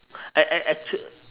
act~ act~ actual~